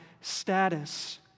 status